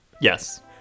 Yes